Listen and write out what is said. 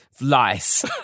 lice